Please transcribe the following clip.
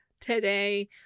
today